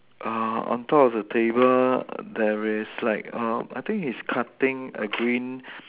uh on top of the table there is like uh I think he's cutting a green